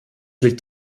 liegt